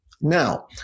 now